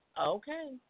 okay